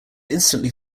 instantly